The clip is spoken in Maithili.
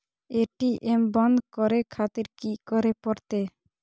ए.टी.एम बंद करें खातिर की करें परतें?